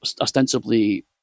ostensibly